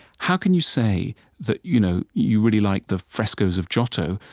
how can you say that you know you really like the frescoes of giotto,